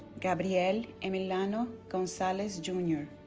gabriel emillano gonzales jr.